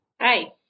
Hi